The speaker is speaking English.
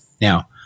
Now